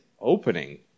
opening